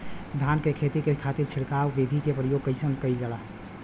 धान के खेती के खातीर छिड़काव विधी के प्रयोग कइसन रही?